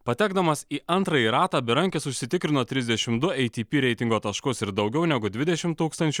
patekdamas į antrąjį ratą berankis užsitikrino trisdešim du ei ty py reitingo taškus ir daugiau negu dvidešim tūkstančių